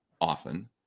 often